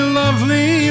lovely